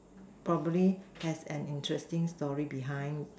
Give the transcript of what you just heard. probably has an interesting story behind